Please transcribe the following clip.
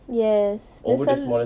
yes dia selalu